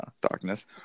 Darkness